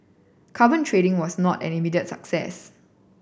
carbon trading was not an immediate success